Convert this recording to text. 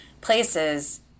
places